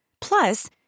Plus